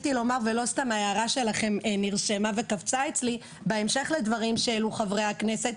ההערה שלכם נרשמה וקפצה אצלי בהמשך לדברים שהעלו חברי הכנסת,